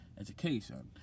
Education